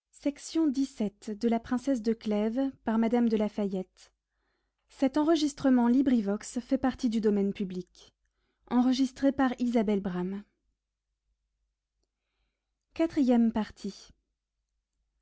of la princesse de